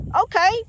Okay